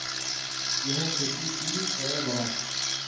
गेंहू खेती की करे बढ़ाम?